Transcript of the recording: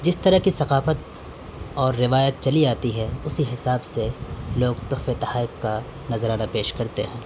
جس طرح کی ثقافت اور روایت چلی آتی ہے اسی حساب سے لوگ تحفے تحائف کا نذرانہ پیش کرتے ہیں